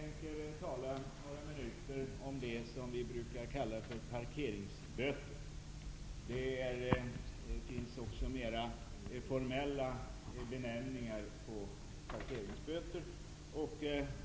Herr talman! Jag tänker tala några minuter om det som vi brukar kalla för parkeringsböter. Det finns också en mera formell benämningar på parkeringsböter.